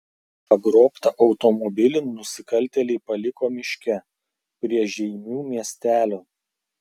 pagrobtą automobilį nusikaltėliai paliko miške prie žeimių miestelio